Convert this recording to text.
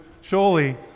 surely